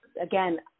again